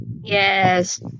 yes